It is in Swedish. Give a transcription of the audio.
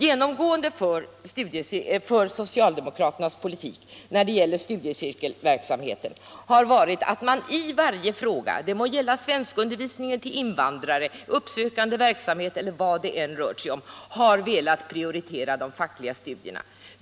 Genomgående för socialdemokraternas politik när det gäller studiecirkelverksamheten har varit att man i varje fråga — svenskundervisningen för invandrare, uppsökande verksamhet eller vad det än rört sig om — har velat prioritera de fackliga studierna.